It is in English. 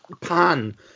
pan